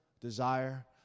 desire